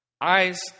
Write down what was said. eyes